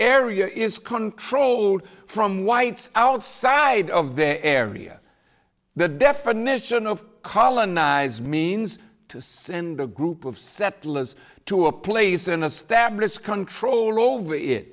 area is controlled from whites outside of their area the definition of colonized means to send a group of settlers to a place and a status control over